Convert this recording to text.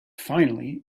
finally